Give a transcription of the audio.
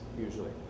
usually